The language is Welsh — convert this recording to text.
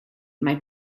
mae